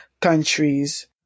countries